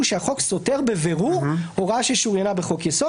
שהחוק סותר בבירור הוראה ששוריינה בחוק יסוד.